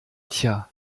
tja